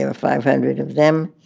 ah five hundred of them.